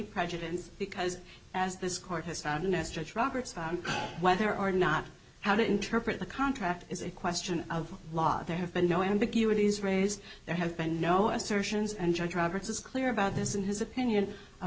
prejudice because as this court has found in as judge roberts found whether or not how to interpret the contract is a question of law there have been no ambiguity is raised there have been no assertions and judge roberts is clear about this in his opinion a